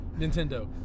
Nintendo